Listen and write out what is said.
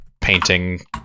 painting